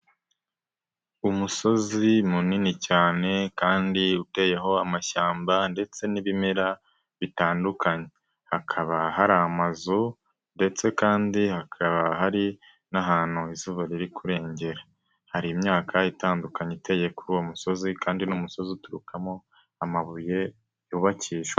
Umusozi munini cyane kandi uteyeho amashyamba ndetse n'ibimera bitandukanye, hakaba hari amazu ndetse kandi hakaba hari n'ahantu izuba riri kurengera, hari imyaka itandukanye iteye kuri uwo musozi kandi ni umusozi uturukamo amabuye yubakishwa.